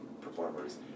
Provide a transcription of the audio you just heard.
performers